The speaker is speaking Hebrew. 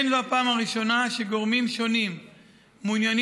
אין זו הפעם הראשונה שגורמים שונים מעוניינים